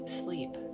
sleep